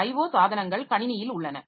IO சாதனங்கள் கணினியில் உள்ளன